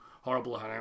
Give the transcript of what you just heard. horrible